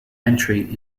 entry